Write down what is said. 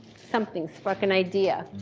something struck an idea.